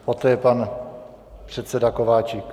Poté pan předseda Kováčik.